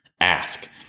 ask